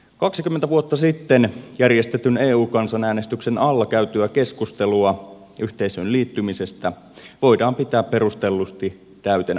kaksikymmentä vuotta sitten järjestetyn eu kansanäänestyksen alla käytyä keskustelua yhteisöön liittymisestä voidaan pitää perustellusti täytenä farssina